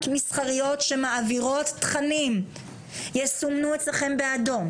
מסחריות שמעבירות תכנים יסומנו אצלכם באדום.